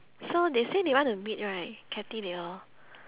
so they say they want to meet right katie they all